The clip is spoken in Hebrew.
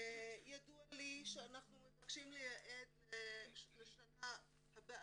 ידוע לי שאנחנו מבקשים לייעד לשנה הבאה,